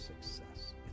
success